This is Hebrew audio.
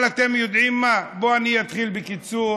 אבל אתם יודעים מה, בואו אני אתחיל בקיצור